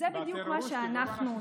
זה בדיוק מה שאנחנו עושים.